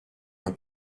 una